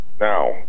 Now